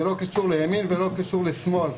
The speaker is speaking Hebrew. זה לא קשור לימין ולא קשור לשמאל.